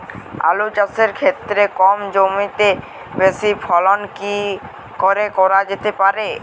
আলু চাষের ক্ষেত্রে কম জমিতে বেশি ফলন কি করে করা যেতে পারে?